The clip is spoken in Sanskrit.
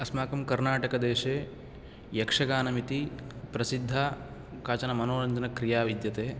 अस्माकं कर्णाटकदेशे यक्षगानम् इति प्रसिद्धा काचन मनोरञ्जनक्रिया विद्यते